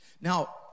Now